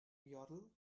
yodel